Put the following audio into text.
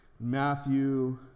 Matthew